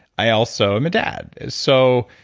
i also am a dad is, so